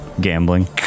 Gambling